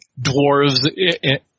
dwarves